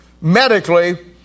medically